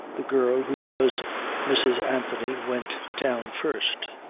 the girl who was mrs. anthony went down first.